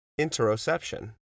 interoception